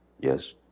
yes